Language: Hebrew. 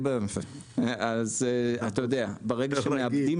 אתה יודע, ברגע שמאבדים